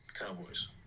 Cowboys